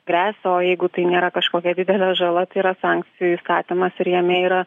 gresia o jeigu tai nėra kažkokia didelė žala tai yra sankcijų įstatymas ir jame yra